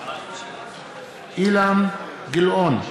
אילן גילאון,